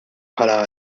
bħala